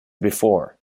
before